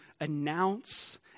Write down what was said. announce